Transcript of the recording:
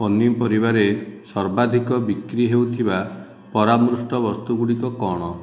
ପନିପରିବାରେ ସର୍ବାଧିକ ବିକ୍ରି ହେଉଥିବା ପରାମୃଷ୍ଟ ବସ୍ତୁ ଗୁଡ଼ିକ କ'ଣ